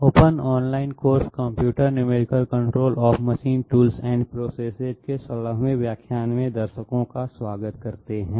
open online course computer numerical control of machine tools and processes के 16वे व्याख्यान में दर्शकों का स्वागत करते है